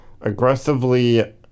aggressively